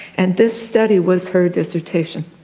and this study was her dissertation.